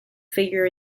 figure